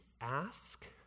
ask